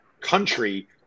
country